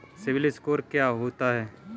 CIBIL score क्या होता है?